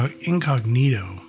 incognito